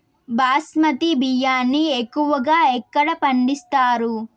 బాస్మతి బియ్యాన్ని ఎక్కువగా ఎక్కడ పండిస్తారు?